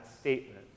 statement